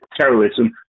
terrorism